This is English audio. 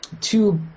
two